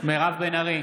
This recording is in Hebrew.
מירב בן ארי,